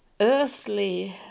earthly